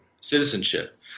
citizenship